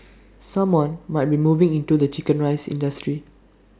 someone might be moving into the Chicken Rice industry